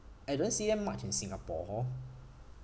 I don't see them much in singapore